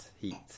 heat